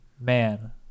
Man